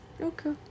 Okay